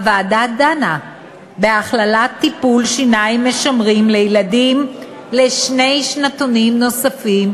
הוועדה דנה בהכללת טיפולי שיניים משמרים לילדים לשני שנתונים נוספים,